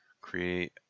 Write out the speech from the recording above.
create